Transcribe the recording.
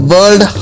World